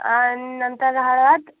नंतर हळद